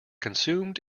consumed